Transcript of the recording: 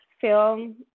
film